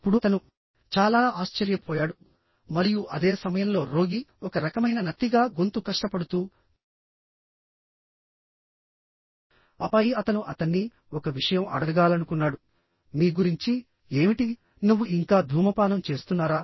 అప్పుడు అతను చాలా ఆశ్చర్యపోయాడు మరియు అదే సమయంలో రోగి ఒక రకమైన నత్తిగా గొంతు కష్టపడుతూ ఆపై అతను అతన్ని ఒక విషయం అడగాలనుకున్నాడు మీ గురించి ఏమిటి నువ్వు ఇంకా ధూమపానం చేస్తున్నారా